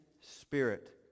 Spirit